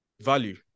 value